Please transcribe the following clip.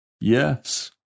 Yes